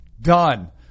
Done